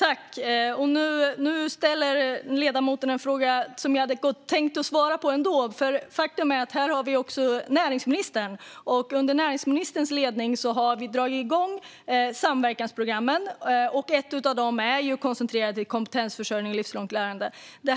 Fru talman! Ledamoten ställer en fråga om något som jag ändå hade tänkt ta upp. Under näringsministerns ledning har vi dragit igång samverkansprogrammen, och temat för ett av dem är just kompetensförsörjning och livslångt lärande.